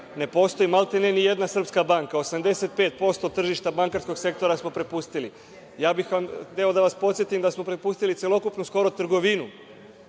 ne postoji maltene ni jedna srpska banka, 85% tržišta bankarskog sektora smo prepustili. Ja bih hteo da vas podsetim da smo prepustili i skoro celokupnu trgovinu.